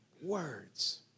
Words